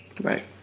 Right